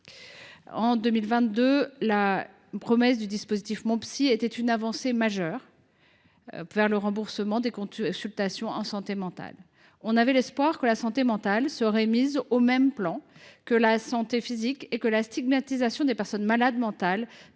En 2022, le dispositif Mon soutien psy promettait une avancée majeure vers le remboursement des consultations en santé mentale. Nous avions l’espoir que la santé mentale serait mise au même plan que la santé physique et que la stigmatisation des personnes malades mentales